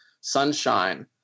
Sunshine